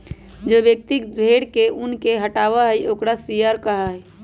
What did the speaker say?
जो व्यक्ति भेड़ के ऊन के हटावा हई ओकरा शियरर कहा हई